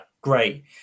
great